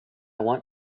want